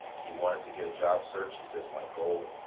he wanted to get a job search, he says my goal